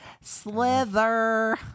Slither